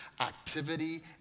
activity